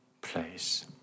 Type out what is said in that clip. place